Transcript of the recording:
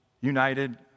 united